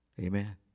Amen